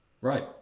Right